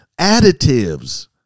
additives